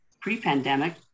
pre-pandemic